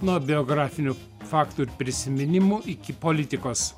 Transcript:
nuo biografinių faktų ir prisiminimų iki politikos